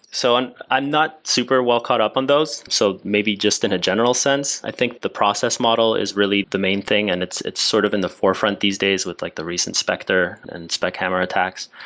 so i'm not super well caught up on those, so maybe just in a general sense. i think the process model is really the main thing and it's it's sort of in the forefront these days with like the recent spectre and spec hammer attacks.